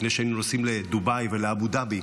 לפני שהיינו נוסעים לדובאי ולאבו דאבי.